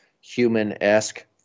human-esque